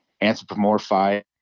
anthropomorphize